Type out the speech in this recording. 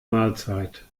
mahlzeit